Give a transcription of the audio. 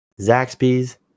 Zaxby's